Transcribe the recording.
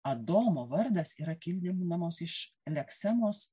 adomo vardas yra kildinamas iš leksemos